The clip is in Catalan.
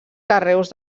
carreus